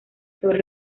sobre